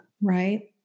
right